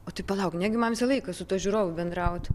o tik palauk negi man visą laiką su ta žiūrovų bendraut